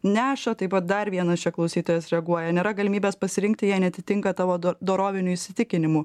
neša taip pat dar vienas čia klausytojas reaguoja nėra galimybės pasirinkti jei neatitinka tavo dorovinių įsitikinimų